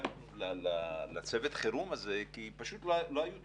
נזקקנו לצוות החירום הזה כי פשוט לא היו תוכניות,